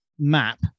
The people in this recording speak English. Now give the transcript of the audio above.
map